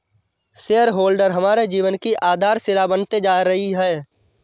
share holder हमारे जीवन की आधारशिला बनते जा रही है